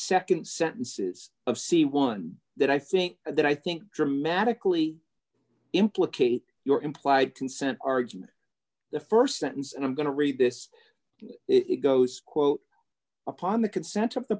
nd sentences of c one that i think that i think dramatically implicate your implied consent argument the st sentence and i'm going to read this it goes quote upon the consent of the